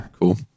cool